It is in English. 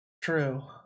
True